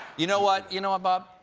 you know what? you know what, bob?